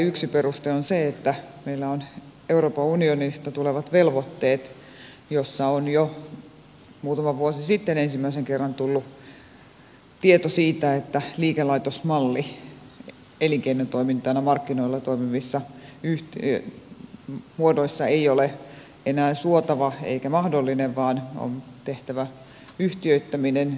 yksi peruste on se että meillä on euroopan unionista tulevat velvoitteet joissa on jo muutama vuosi sitten ensimmäisen kerran tullut tieto siitä että liikelaitosmalli elinkeinotoimintana markkinoilla toimivissa yhtiömuodoissa ei ole enää suotava eikä mahdollinen vaan on tehtävä yhtiöittäminen